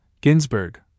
Ginsburg